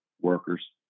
workers